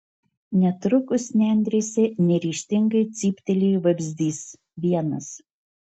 netrukus nendrėse neryžtingai cyptelėjo vabzdys vienas